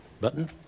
button